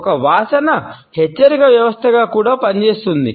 ఒక వాసన హెచ్చరిక వ్యవస్థగా కూడా పనిచేస్తుంది